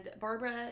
Barbara